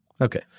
Okay